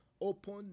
open